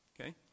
Okay